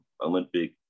Olympic